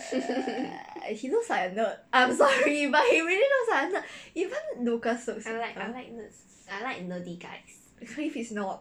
I like nerdy guys